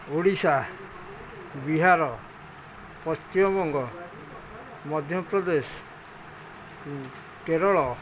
Odisha Bihar Paschimbanga Madhya Pradesh Kerala